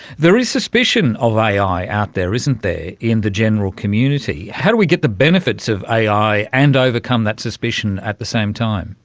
there is suspicion of ai ai out there, isn't there, in the general community. how do we get the benefits of ai and overcome that suspicion at the same time?